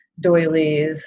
doilies